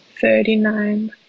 Thirty-nine